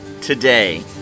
today